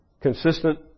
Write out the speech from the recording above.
Consistent